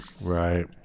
right